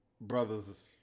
brothers